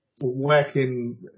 working